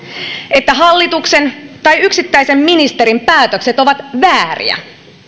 että hallituksen tai yksittäisen ministerin päätökset ovat vääriä